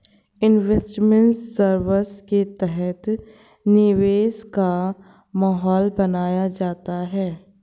investment service के तहत निवेश का माहौल बनाया जाता है